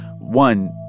One